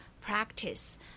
practice